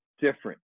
different